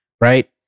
right